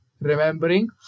remembering